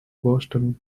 boston